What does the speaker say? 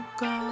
go